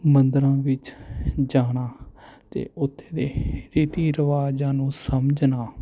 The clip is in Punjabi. ਮੰਦਰਾਂ ਵਿੱਚ ਜਾਣਾ ਅਤੇ ਉੱਥੇ ਦੇ ਰੀਤੀ ਰਿਵਾਜਾਂ ਨੂੰ ਸਮਝਣਾ